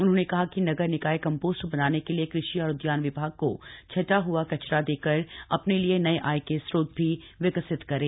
उन्होंने कहा कि नगर निकाय कंपोस्ट बनाने के लिए कृषि और उदयान विभाग को छंटा हआ कचरा देकर अपने लिए नए आय के स्रोत भी विकसित करे